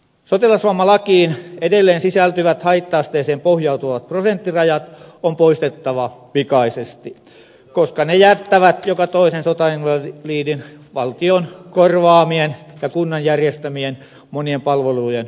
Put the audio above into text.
sotilasvammalakiin edelleen sisältyvät haitta asteeseen pohjautuvat prosenttirajat on poistettava pikaisesti koska ne jättävät joka toisen sotainvalidin monien valtion korvaamien ja kunnan järjestämien palveluiden ulkopuolelle